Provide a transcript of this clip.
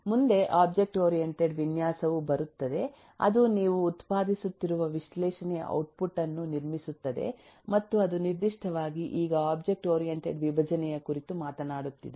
ಮುಂದೆ object oriented ವಿನ್ಯಾಸವು ಬರುತ್ತದೆ ಅದು ನೀವು ಉತ್ಪಾದಿಸುತ್ತಿರುವ ವಿಶ್ಲೇಷಣೆಯ ಔಟ್ಪುಟ್ ಅನ್ನು ನಿರ್ಮಿಸುತ್ತದೆ ಮತ್ತು ಅದು ನಿರ್ದಿಷ್ಟವಾಗಿ ಈಗ ಒಬ್ಜೆಕ್ಟ್ ಓರಿಯೆಂಟೆಡ್ ವಿಭಜನೆಯ ಕುರಿತು ಮಾತನಾಡುತ್ತಿದೆ